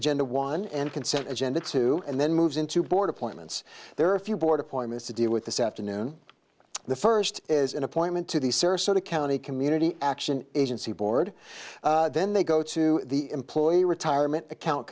agenda one and consent agenda two and then moves into board appointments there are a few board appointments to deal with this afternoon the first is an appointment to the sarasota county community action agency board then they go to the employee retirement account